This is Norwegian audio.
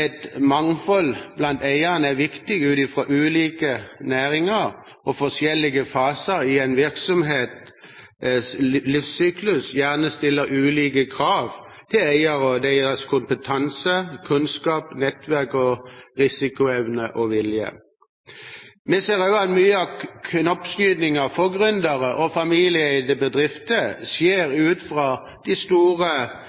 Et mangfold blant eierne er viktig ut fra at ulike næringer og forskjellige faser i en virksomhets livssyklus gjerne stiller ulike krav til eiere og deres kompetanse, kunnskap, nettverk og risikoevne- og vilje. Vi ser også at mye av knoppskytingen for gründere og familieeide bedrifter skjer